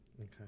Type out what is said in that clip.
Okay